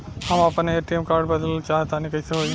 हम आपन ATM card बदलल चाह तनि कइसे होई?